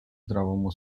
здравому